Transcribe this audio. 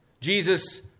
Jesus